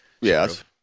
yes